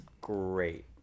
great